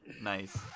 Nice